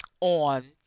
on